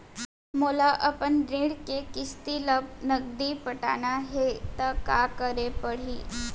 मोला अपन ऋण के किसती ला नगदी पटाना हे ता का करे पड़ही?